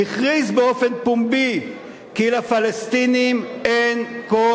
הכריז באופן פומבי כי לפלסטינים אין כל